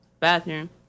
bathroom